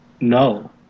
no